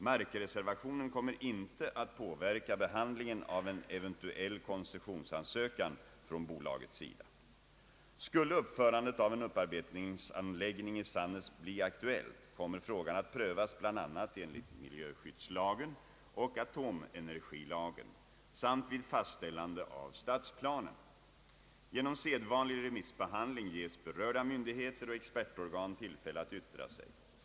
Markreservationen kommer inte att påverka behandlingen av en even tuell koncessionsansökan från bolagets sida. Skulle uppförandet av en upparbetningsanläggning i Sannäs bli aktuellt kommer frågan att prövas bl.a. enligt miljöskyddslagen och atomenergilagen samt vid fastställande av stadsplanen. Genom sedvanlig remissbehandling ges berörda myndigheter och expertorgan tillfälle att yttra sig.